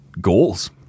goals